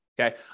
Okay